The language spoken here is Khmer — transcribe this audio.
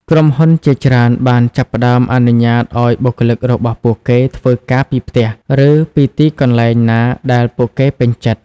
ក្រុមហ៊ុនជាច្រើនបានចាប់ផ្តើមអនុញ្ញាតឱ្យបុគ្គលិករបស់ពួកគេធ្វើការពីផ្ទះ ឬពីទីកន្លែងណាដែលពួកគេពេញចិត្ត។